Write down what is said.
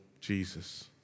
Jesus